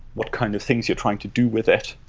what kind of things you're trying to do with it.